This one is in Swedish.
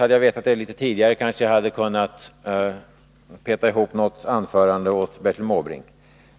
Hade jag vetat det litet tidigare, hade jag kanske kunnat peta ihop något anförande åt Bertil Måbrink.